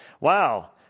wow